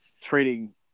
trading